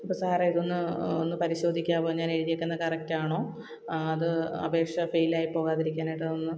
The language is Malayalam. അപ്പോൾ സാറെ ഇതൊന്നു ഒന്ന് പരിശോധിക്കാമോ ഞാനെഴുതിയേക്കുന്നത് കറക്റ്റ് ആണോ അത് അപേക്ഷ ഫെയിലായി പോകാതിരിക്കാനയിട്ടതൊന്ന്